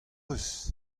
eus